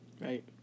Right